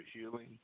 healing